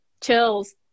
chills